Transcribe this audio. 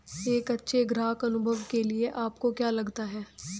एक अच्छे ग्राहक अनुभव के लिए आपको क्या लगता है?